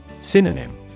Synonym